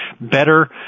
better